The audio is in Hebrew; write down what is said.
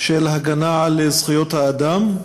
של הגנה על זכויות האדם,